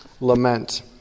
lament